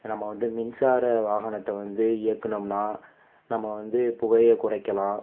நம்ப வந்து மின்சார வாகனத்தை வந்து இயக்கினோம்னா நம்ப வந்து புகையை குறைக்கலாம்